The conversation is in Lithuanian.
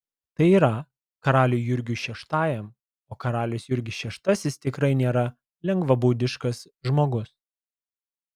tai yra karaliui jurgiui šeštajam o karalius jurgis šeštasis tikrai nėra lengvabūdiškas žmogus